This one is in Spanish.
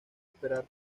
esperar